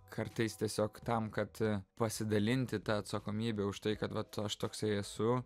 kartais tiesiog tam kad pasidalinti ta atsakomybe už tai kad vat aš toksai esu